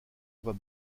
voix